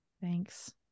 thanks